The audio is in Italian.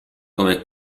come